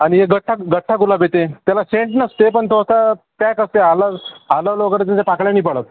आणि ए गठ्ठा गठ्ठा गुलाब येते त्याला सेंट नसते पण तो असा पॅक असते आलं आलंल वगैरे त्याच्या पाकळ्या नाही पडत